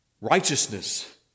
righteousness